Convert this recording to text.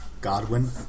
Godwin